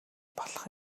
болох